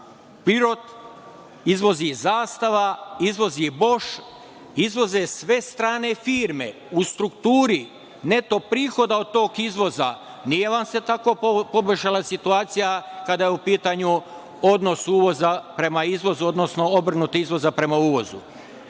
Pirot, izvozi Zastava, izvozi Boš i izvoze sve strane firme. U strukturi neto prihoda od tog izvoza nije vam se tako poboljšala situacija kada je u pitanju odnos uvoza prema izvozu, odnosno obrnuto izvoza prema uvozu.